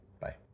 Bye